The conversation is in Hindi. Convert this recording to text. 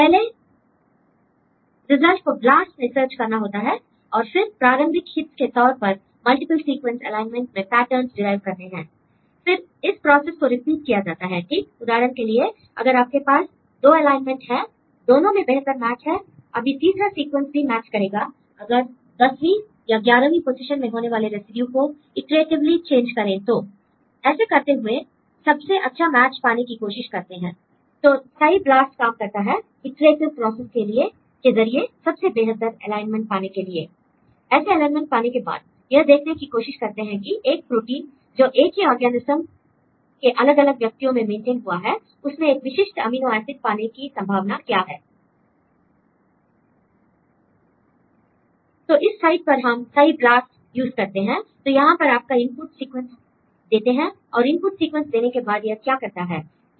पहले रिजल्ट को ब्लास्ट में सर्च करना होता है और फिर प्रारंभिक हिट्स् के तौर पर मल्टीपल सीक्वेंस एलाइनमेंट से पैटर्नस् डिराईव करने हैं l फिर इस प्रोसेस को रिपीट किया जाता है ठीक उदाहरण के लिए अगर आपके पास दो एलाइनमेंट हैं और दोनों में बेहतर मैच है अभी तीसरा सीक्वेंस भी मैच करेगा अगर दसवीं या 11वीं पोजीशन में होने वाले रेसिड्यू को इटरेटिवली चेंज करें तो l से करते हुए सबसे अच्छा मैच पाने की कोशिश करते हैं l तो सइ ब्लास्ट काम करता है इटरेटिव प्रोसेस के जरिए सबसे बेहतर एलाइनमेंट पाने के लिए l ऐसे एलाइनमेंट पाने के बाद यह देखने की कोशिश करते हैं कि एक प्रोटीन जो एक ही ऑर्गेनिज्म के अलग अलग व्यक्तियों में मेंटेन हुआ है उसमें एक विशिष्ट अमीनो एसिड पाने की संभावना क्या है l तो इस साइट पर हम सइ ब्लास्ट यूज कर सकते हैं l तो यहां पर आपका इनपुट सीक्वेंस देते हैं l और इनपुट सीक्वेंस देने के बाद यह क्या करता है